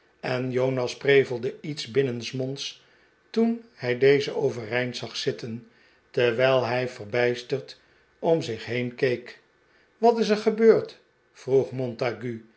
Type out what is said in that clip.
en jonas prevelde iets binnensmonds toen hij dezen overeind zag zitten terwijl hij verbijsterd om zich heeri keek wat is er gebeurd vroeg montague